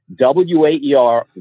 WAER